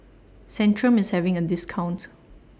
Centrum IS having A discount